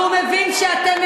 כי הוא מבין שאתם,